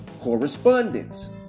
correspondence